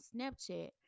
snapchat